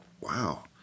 Wow